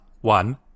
one